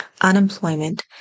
unemployment